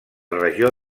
regió